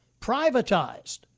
privatized